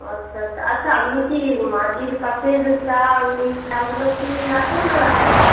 ও আচ্ছা আচ্ছা আচ্ছা আপনি কি মাটির কাপের চা ওই চাগুলো কি রাখেন না রাখেন না